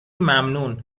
ممنون